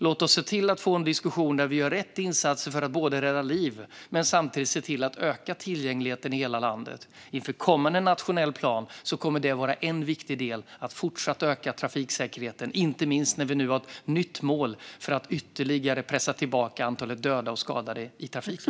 Låt oss få en diskussion om rätt insatser som räddar liv samtidigt som vi ökar tillgängligheten i hela landet. Inför den kommande nationella planen kommer en viktig del att utgöras av en fortsatt ökning av trafiksäkerheten, inte minst med tanke på att vi har ett nytt mål för att ytterligare pressa tillbaka antalet dödade och skadade i trafiken.